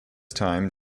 time